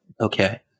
Okay